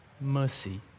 Mercy